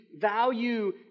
value